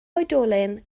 oedolyn